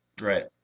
Right